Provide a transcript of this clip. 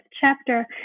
chapter